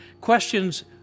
Questions